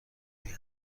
مردی